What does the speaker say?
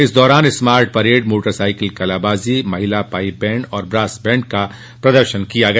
इस दौरान smart parade motor cycle कलाबाजी महिला पाइप बैंड और ब्रास बैंड का प्रदर्शन किया गया